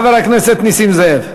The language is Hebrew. חבר הכנסת נסים זאב.